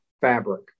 fabric